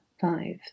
five